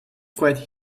quite